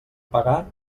pagar